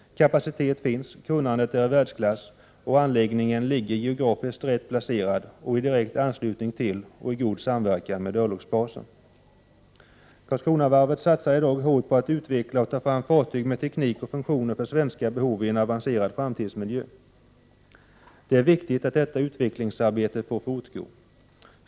Kapacitet finns, kunnandet är i världsklass och anläggningen ligger geografiskt rätt placerad och i direkt anslutning till och i god samverkan med örlogsbasen. Karlskronavarvet satsar i dag hårt på att utveckla och ta fram fartyg med teknik och funktioner för svenska behov i en avancerad framtidsmiljö. Det är viktigt att detta utvecklingsarbete får fortgå.